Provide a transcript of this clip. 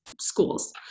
schools